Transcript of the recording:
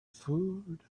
food